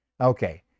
okay